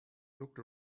looked